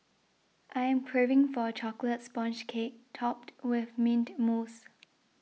I am craving for a Chocolate Sponge Cake Topped with Mint Mousse